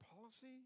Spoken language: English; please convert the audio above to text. policy